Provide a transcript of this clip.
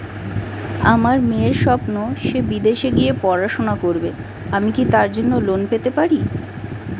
আমার মেয়ের স্বপ্ন সে বিদেশে গিয়ে পড়াশোনা করবে আমি কি তার জন্য লোন পেতে পারি?